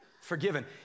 forgiven